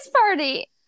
party